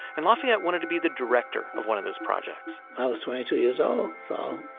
and lafayette wanted to be the director of one of those projects i was twenty two years old. so,